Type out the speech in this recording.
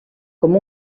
com